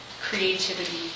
creativity